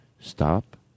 Stop